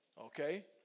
Okay